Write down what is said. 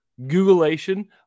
Googleation